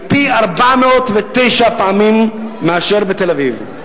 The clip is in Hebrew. היא פי-409 פעמים מאשר בתל-אביב.